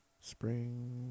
Spring